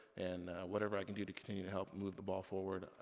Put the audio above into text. and whatever i can do to continue to help move the ball forward,